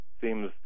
seems